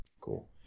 cool